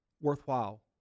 worthwhile